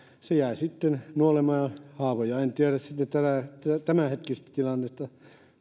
se jäi sitten nuolemaan haavojaan en tiedä tämänhetkistä tilannetta